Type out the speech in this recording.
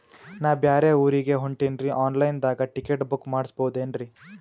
ನಾ ಬ್ಯಾರೆ ಊರಿಗೆ ಹೊಂಟಿನ್ರಿ ಆನ್ ಲೈನ್ ದಾಗ ಟಿಕೆಟ ಬುಕ್ಕ ಮಾಡಸ್ಬೋದೇನ್ರಿ?